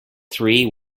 three